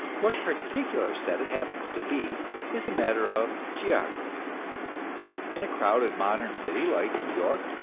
what particular set it happens to be is a matter of geography in a crowded modern city like new york,